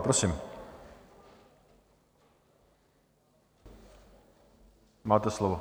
Prosím, máte slovo.